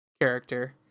character